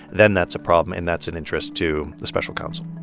then that's a problem. and that's an interest to the special counsel